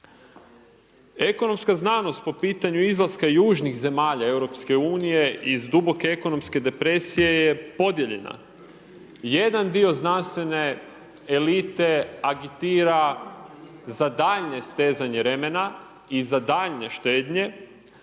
Ekonomska znanost po pitanju izlaska južnih zemalja Europske unije iz duboke ekonomske depresije je podijeljena. Jedan dio znanstvene elite agitira za daljnje stezanje remena i za daljnje štednje,